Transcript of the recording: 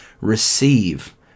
receive